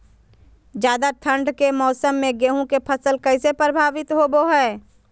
ज्यादा ठंड के मौसम में गेहूं के फसल कैसे प्रभावित होबो हय?